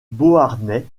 beauharnais